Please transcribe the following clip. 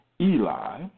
Eli